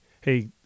hey